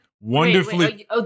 Wonderfully